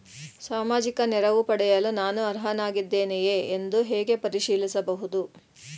ಸಾಮಾಜಿಕ ನೆರವು ಪಡೆಯಲು ನಾನು ಅರ್ಹನಾಗಿದ್ದೇನೆಯೇ ಎಂದು ಹೇಗೆ ಪರಿಶೀಲಿಸಬಹುದು?